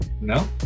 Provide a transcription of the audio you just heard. No